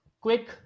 Quick